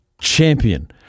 champion